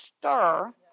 stir